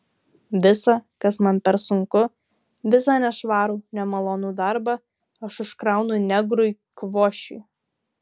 visa kas man per sunku visą nešvarų nemalonų darbą aš užkraunu negrui kvošiui